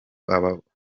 ababukora